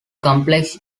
complex